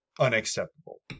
unacceptable